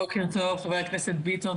בוקר טוב, חבר הכנסת ביטון.